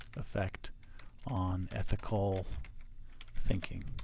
effect on ethical thinking.